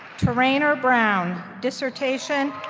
terainer brown, dissertation,